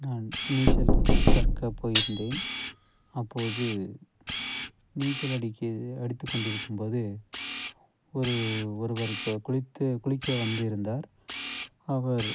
நான் நீச்சல் கற்க போயிருந்தேன் அப்போது நீச்சல் அடிக்க அடித்து கொண்டிருக்கும் போது ஒரு ஒருவர் இப்ப குளித்து குளிக்க வந்திருந்தார் அவர்